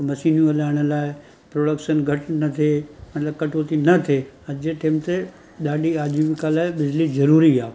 मशीनियूं हलाइण लाइ प्रोडक्शन घटि न थिए मतिलबु कटोती न थिए अॼु जे टाइम ते ॾाढी आजिविका लाइ बिजली ज़रूरी आहे